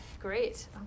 Great